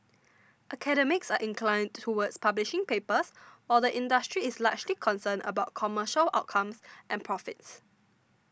academics are inclined towards publishing papers or the industry is largely concerned about commercial outcomes and profits